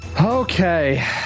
Okay